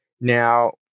Now